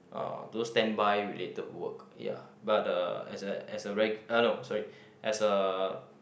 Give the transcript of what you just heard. uh those standby related work ya but uh as a as a reg~ no sorry as a